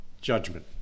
judgment